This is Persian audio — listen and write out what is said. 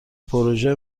پروژه